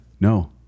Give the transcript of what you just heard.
No